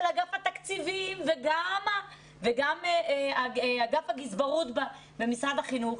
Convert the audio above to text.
אגף התקציבים וגם אגף הגזברות במשרד החינוך,